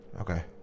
Okay